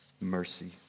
mercy